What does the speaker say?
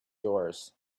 yours